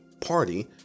party